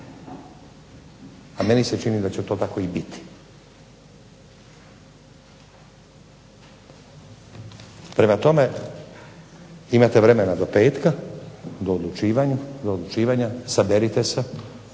a meni se čini da će to tako i biti. Prema tome, imate vremena do petka, do odlučivanja, saberite se,